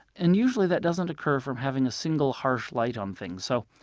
and usually that doesn't occur from having a single, harsh light on things so